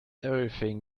everything